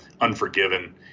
unforgiven